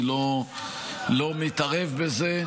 אני לא מתערב בזה.